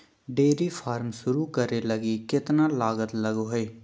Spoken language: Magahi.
डेयरी फार्म शुरू करे लगी केतना लागत लगो हइ